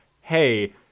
hey